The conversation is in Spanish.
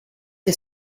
que